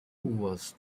was